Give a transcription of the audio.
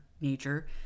nature